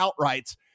outrights